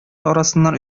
арасыннан